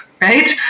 right